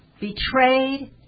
betrayed